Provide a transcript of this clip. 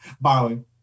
Borrowing